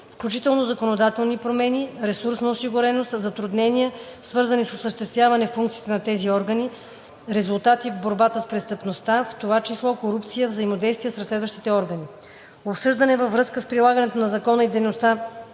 включително законодателни промени, ресурсна осигуреност, затруднения, свързани с осъществяване функциите на тези органи, резултати в борбата с престъпността, в т.ч. корупция, взаимодействие с разследващите органи. Обсъждане във връзка с прилагането на закона и дейността